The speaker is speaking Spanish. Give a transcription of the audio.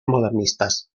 modernistas